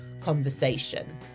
conversation